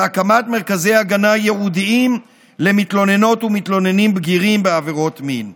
והקמת מרכזי הגנה ייעודיים למתלוננות ולמתלוננים בגירים בעבירות מין.